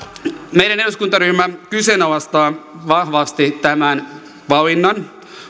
meidän eduskuntaryhmä kyseenalaistaa vahvasti tämän valinnan